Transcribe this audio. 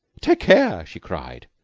take care, she cried.